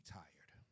tired